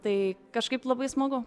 tai kažkaip labai smagu